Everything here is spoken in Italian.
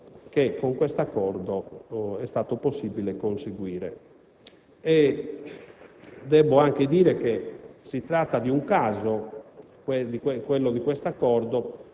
di lavoro che, grazie a questo accordo, è stato possibile conseguire. Debbo anche dire che si tratta di un caso